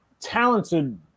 talented